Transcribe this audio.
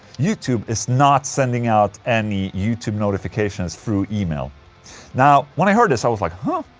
youtube is not sending out any youtube notifications through email now, when i heard this i was like huh?